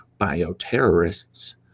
bioterrorists